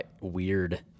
weird